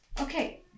Okay